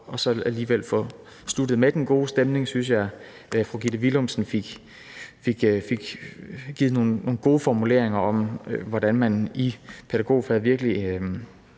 for alligevel at få sluttet med den gode stemning vil jeg sige, at jeg synes, at fru Gitte Willumsen kom med nogle gode formuleringer om, hvordan man i pædagogfaget virkelig